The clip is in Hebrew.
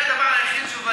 זה הדבר היחיד שהוא ודאי,